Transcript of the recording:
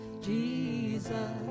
Jesus